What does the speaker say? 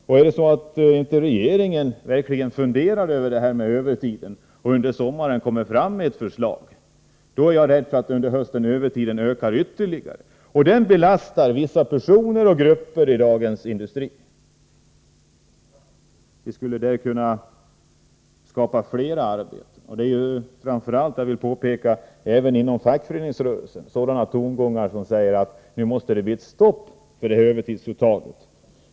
Om regeringen inte funderar över den här frågan och under sommaren kommer fram till ett förslag, är jag rädd för att övertidsuttaget kommer att öka ytterligare under hösten. Övertiden belastar i dag vissa grupper och personer inom industrin. Här skulle i stället kunna skapas flera arbeten. Jag vill påpeka att det även inom fackföreningsrörelsen finns tongångar i denna riktning. Man säger att det nu måste bli ett stopp för övertidsuttaget.